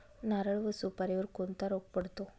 नारळ व सुपारीवर कोणता रोग पडतो?